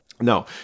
No